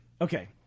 Okay